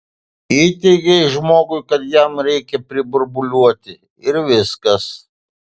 įteigei žmogui kad jam reikia priburbuliuoti ir viskas